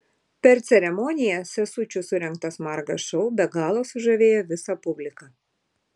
per ceremoniją sesučių surengtas margas šou be galo sužavėjo visą publiką